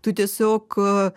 tu tiesiog